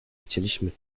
chcieliśmy